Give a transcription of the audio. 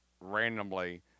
randomly